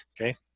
okay